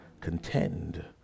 Contend